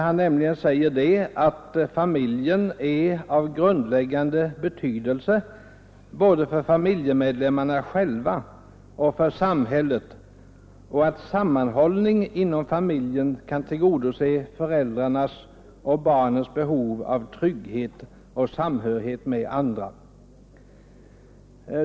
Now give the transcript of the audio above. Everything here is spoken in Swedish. Han säger nämligen att familjen är av grundläggande betydelse både för familjemedlemmarna själva och för samhället och att sammanhållning inom familjen kan tillgodose föräldrarnas och barnens behov av trygghet och samhörighet med andra.